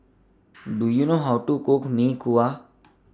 Do YOU know How to Cook Mee Kuah